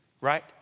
right